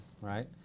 right